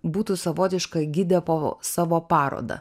būtų savotiška gidė po savo parodą